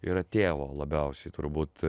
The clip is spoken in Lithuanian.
yra tėvo labiausiai turbūt